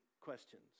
questions